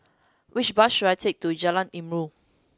which bus should I take to Jalan Ilmu